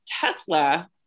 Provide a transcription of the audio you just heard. Tesla